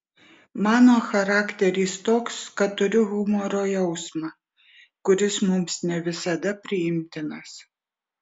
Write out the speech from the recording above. mano charakteris toks kad turiu humoro jausmą kuris mums ne visada priimtinas